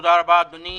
תודה רבה, אדוני.